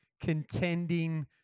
contending